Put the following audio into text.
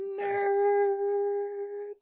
Nerds